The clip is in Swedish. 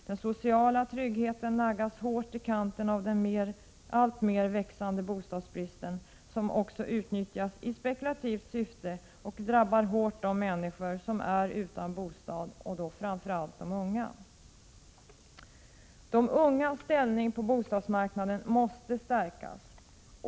Den sociala tryggheten naggas hårt i kanten av den alltmer växande bostadsbristen, som också utnyttjas i spekulativt syfte och hårt drabbar de människor som är utan bostad och då framför allt de unga. Prot. 1986/87:132 De ungas ställning på bostadsmarknaden måste stärkas.